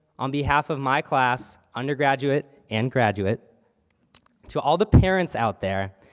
on behalf of my class, undergraduate and graduate to all the parents out there,